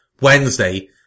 Wednesday